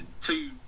two